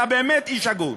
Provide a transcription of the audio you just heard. אתה באמת איש הגון.